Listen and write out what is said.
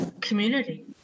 Community